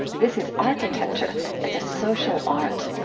this is architecture as a social art